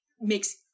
makes